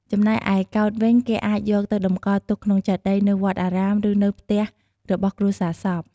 ចំណែកឯកោដ្ឋវិញគេអាចយកទៅតម្កល់ទុកក្នុងចេតិយនៅវត្តអារាម ឬនៅផ្ទះរបស់គ្រួសារសព។